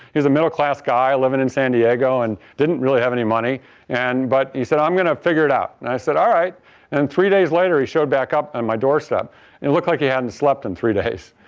he's a middle class guy living in san diego and didn't really have any money and but he said i'm going to figure it out. and i said, all right and three days later he showed back up at my doorstep and looked like he hadn't slept in three days.